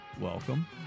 welcome